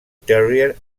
terrier